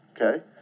Okay